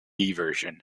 version